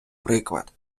приклад